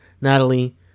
Natalie